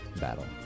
battle